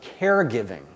caregiving